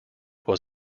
was